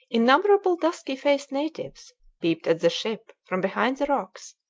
innumerable dusky-faced natives peeped at the ship from behind the rocks,